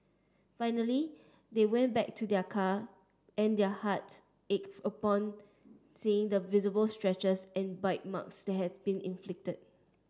finally they went back to their car and their hearts ached upon seeing the visible scratches and bite marks that had been inflicted